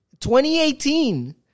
2018